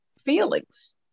feelings